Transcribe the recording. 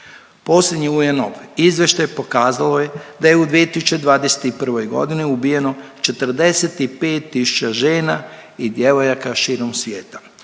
Posljednji UN-ov izvještaj pokazalo je da je u 2021. g. ubijeno 45 tisuća žena i djevojaka širom svijeta.